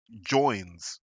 joins